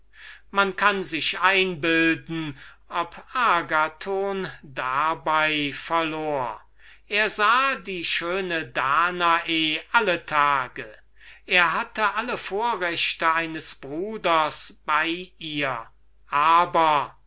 man kann sich einbilden ob agathon dabei verlor er sah die schöne danae alle tage er hatte alle vorrechte eines bruders bei ihr aber